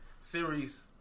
series